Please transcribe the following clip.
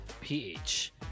ph